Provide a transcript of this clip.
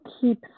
keep